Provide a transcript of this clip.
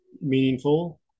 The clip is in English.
meaningful